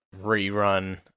rerun